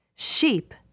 Sheep